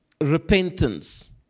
repentance